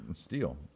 steel